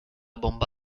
bomba